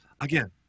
Again